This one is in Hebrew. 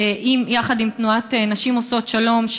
יחד עם תנועת נשים עושות שלום,